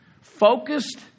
Focused